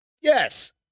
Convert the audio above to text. Yes